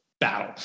battle